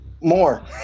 more